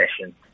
session